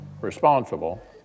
responsible